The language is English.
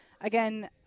again